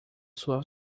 sua